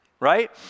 right